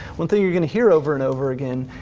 one thing you're gonna hear over and over again,